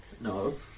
No